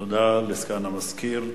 תודה לסגן המזכיר.